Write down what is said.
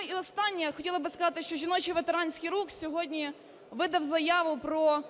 І останнє. Хотіла би сказати, що Жіночий ветеранський рух сьогодні видав заяву про